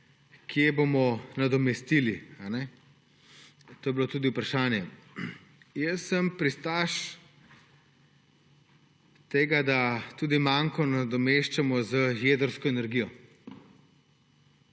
Kje bomo nadomestili, je bilo tudi vprašanje. Jaz sem pristaš tega, da tudi manko nadomeščamo z jedrsko energijo.